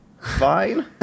Fine